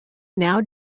now